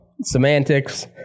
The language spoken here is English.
semantics